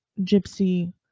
Gypsy